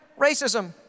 racism